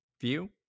view